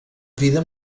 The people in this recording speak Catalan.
vida